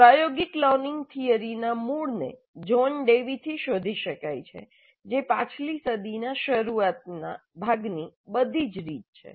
પ્રાયોગિક લર્નિંગ થિયરીના મૂળને જોન ડેવીથી શોધી શકાય છે જે પાછલી સદીના શરૂઆતના ભાગની બધી જ રીત છે